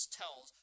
tells